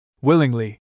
Willingly